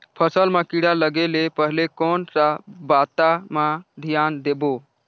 फसल मां किड़ा लगे ले पहले कोन सा बाता मां धियान देबो?